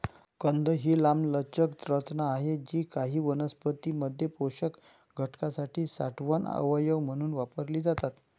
कंद ही लांबलचक रचना आहेत जी काही वनस्पतीं मध्ये पोषक घटकांसाठी साठवण अवयव म्हणून वापरली जातात